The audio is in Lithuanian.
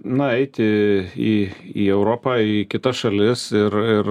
na eiti į europą į kitas šalis ir ir